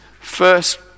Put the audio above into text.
First